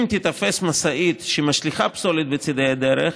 אם תיתפס משאית שמשליכה פסולת בצידי הדרך,